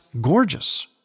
gorgeous